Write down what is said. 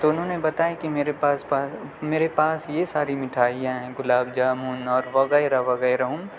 تو انہوں نے بتایا کہ میرے پاس میرے پاس یہ ساری مٹھائیاں ہیں گلاب جامن اور وغیرہ وغیرہ